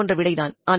அதை போன்ற விடை தான்